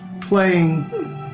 playing